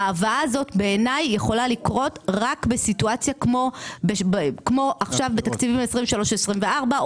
ההבאה הזאת יכולה לקרות רק בסיטואציה כמו עכשיו: בתקציבים 2023 ו-2024,